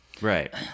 Right